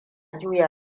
juya